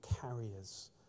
carriers